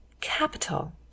Capital